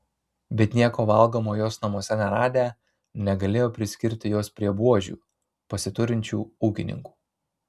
bet nieko valgomo jos namuose neradę negalėjo priskirti jos prie buožių pasiturinčių ūkininkų